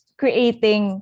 creating